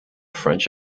french